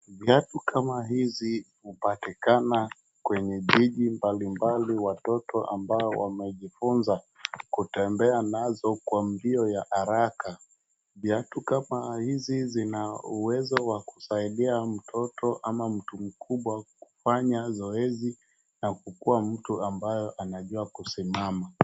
Viatu kama hizi hupatikana kwenye jiji mbalimbali. Watoto ambao wamejifunza kutembea nazo kwa mbio ya haraka. Viatu kama hizi zina uwezo wa kusaidia mtoto ama mtu mkubwa kufanya zoezi na kukuwa mtu ambayo anajua kusimama.